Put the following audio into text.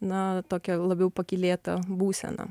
na tokią labiau pakylėtą būseną